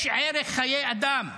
יש ערך לחיי אדם.